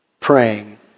Praying